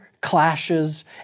clashes